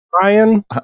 brian